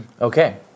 Okay